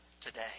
today